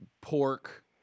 pork